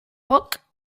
poc